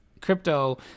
crypto